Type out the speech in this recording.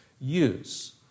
use